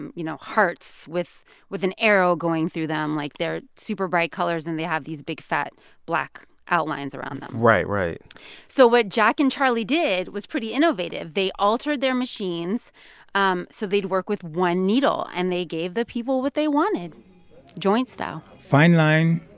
and you know, hearts with with an arrow going through them. like, they're super bright colors and they have these big fat black outlines around them right. right so what jack and charlie did was pretty innovative. they altered their machines um so they'd work with one needle and they gave the people what they wanted joint style fine line,